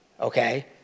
Okay